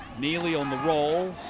kneelly on the roll.